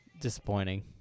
disappointing